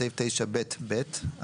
בסעיף 9ב(ב),